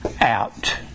out